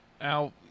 Now